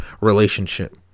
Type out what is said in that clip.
relationship